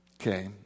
Okay